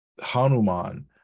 hanuman